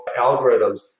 algorithms